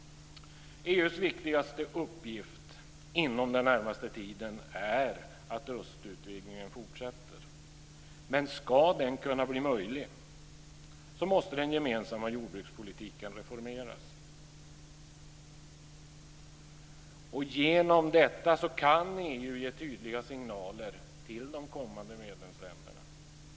EU:s viktigaste uppgift inom den närmaste tiden är att östutvidgningen fortsätter. Men ska den kunna bli möjlig måste den gemensamma jordbrukspolitiken reformeras. Genom detta kan EU ge tydliga signaler till de kommande medlemsländerna.